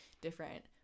different